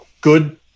good